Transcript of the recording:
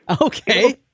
Okay